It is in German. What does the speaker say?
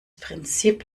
prinzip